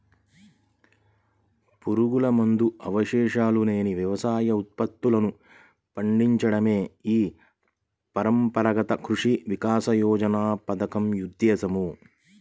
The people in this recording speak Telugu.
పురుగుమందు అవశేషాలు లేని వ్యవసాయ ఉత్పత్తులను పండించడమే ఈ పరంపరాగత కృషి వికాస యోజన పథకం ఉద్దేశ్యం